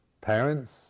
parents